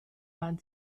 waren